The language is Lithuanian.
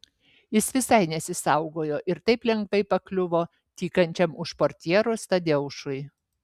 jis visai nesisaugojo ir taip lengvai pakliuvo tykančiam už portjeros tadeušui